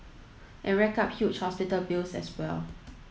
and rack up huge hospital bills as well